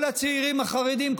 כל הצעירים החרדים,